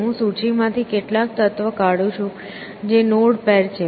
હું સૂચિમાંથી કેટલાક તત્વ કાઢું છું જે નોડ પેર છે